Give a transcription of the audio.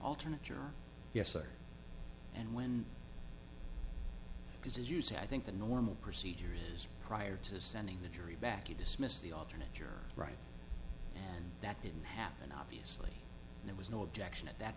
alternate juror yes sir and when because as you say i think the normal procedure is prior to sending the jury back you dismissed the alternate you're right that didn't happen obviously there was no objection at that